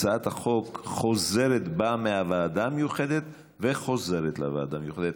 הצעת החוק באה מהוועדה המיוחדת וחוזרת לוועדה המיוחדת,